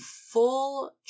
full